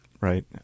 Right